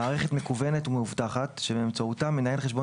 מערכת מקוונת ומאובטחת שבאמצעותה מנהל חשבון